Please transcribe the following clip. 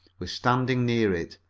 was standing near it,